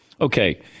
Okay